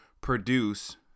produce